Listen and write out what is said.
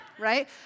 right